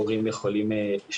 בוקר טוב.